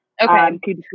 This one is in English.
Okay